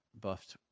buffed